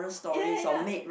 ya ya ya